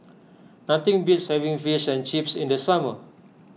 nothing beats having Fish and Chips in the summer